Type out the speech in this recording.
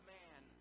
man